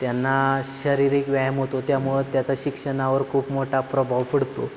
त्यांना शारीरिक व्यायाम होतो त्यामुळं त्याचा शिक्षणावर खूप मोठा प्रभाव पडतो